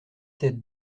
sept